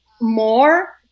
more